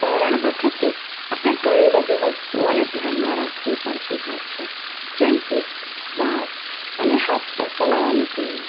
તરણ વખતે આપણે ઘણી બધી વસ્તુઓને ધ્યાનમાં રાખવી પડતી હોય છે જેમ કે શ્વાસ અને હાથ પગ ચલાવવાની ક્રિયા